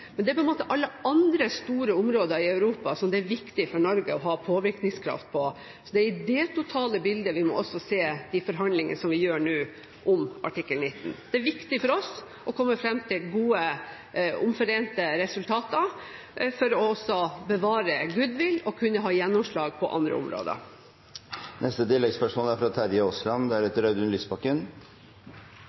Men det er alle andre store områder i Europa som det er viktig for Norge å ha påvirkningskraft på. Det er i det totale bildet vi også må se de forhandlingene som vi har nå om artikkel 19. Det er viktig for oss å komme fram til gode, omforente resultater for også å bevare goodwill og kunne ha gjennomslag på andre områder. Terje Aasland – til oppfølgingsspørsmål. Ut fra